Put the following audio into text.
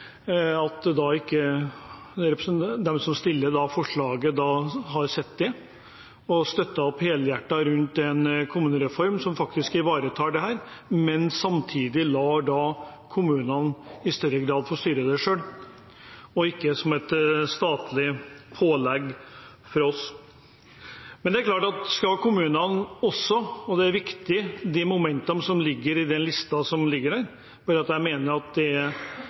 som stiller forslaget, ikke har sett det og støttet helhjertet opp om den kommunereformen som faktisk ivaretar dette, men samtidig lar kommunene i større grad få styre det selv, og at det ikke er et statlig pålegg. De er viktige de momentene som ligger i listen, for jeg mener det ligger et ansvar på kommunestyrene rundt omkring i